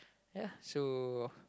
ya so